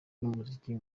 n’umuziki